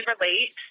relate